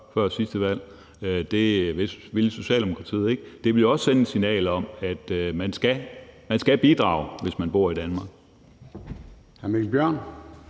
integrationsydelsen. Det ville Socialdemokratiet ikke. Det ville jo også sende et signal om, at man skal bidrage, hvis man bor i Danmark.